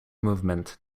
movement